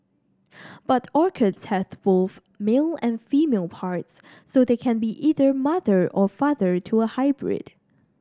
but orchids have both male and female parts so they can be either mother or father to a hybrid